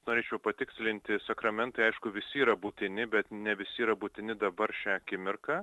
norėčiau patikslinti sakramentai aišku visi yra būtini bet ne visi yra būtini dabar šią akimirką